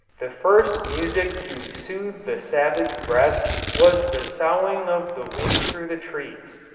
the first music to soothe the savage breast was the soughing of the wind through the trees.